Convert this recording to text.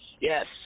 Yes